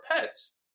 pets